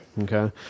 Okay